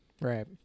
Right